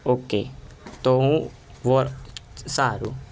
okay તો હું વો સારું